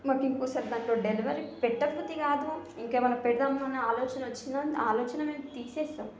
మాకు ఇంకొకసారి దాంట్లో డెలివరీ పెట్టబుద్ధి కాదు ఇంకేమైనా పెడదామన్నా ఆలోచన వచ్చిన ఆలోచన మేము తీసేస్తాము